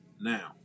now